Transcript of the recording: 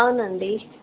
అవునండి